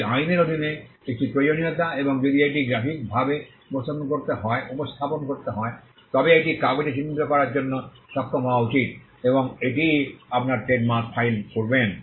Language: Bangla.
এটি আইনের অধীনে একটি প্রয়োজনীয়তা এবং যদি এটি গ্রাফিকভাবে উপস্থাপন করতে হয় তবে এটি কাগজে চিত্রিত করার জন্য সক্ষম হওয়া উচিত এবং এটিই আপনার ট্রেডমার্ক ফাইল করবেন